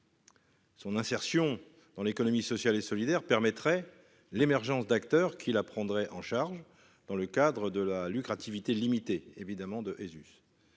Son insertion dans l'économie sociale et solidaire permettrait l'émergence d'acteurs qui la prendrait en charge dans le cadre de la lucrative IT limiter évidemment de